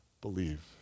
believe